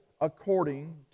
according